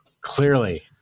Clearly